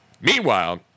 Meanwhile